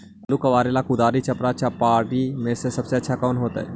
आलुआ कबारेला कुदारी, चपरा, चपारी में से सबसे अच्छा कौन होतई?